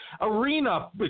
arena